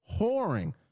whoring